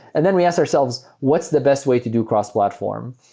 and then we asked ourselves, what's the best way to do cross-platform?